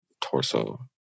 torso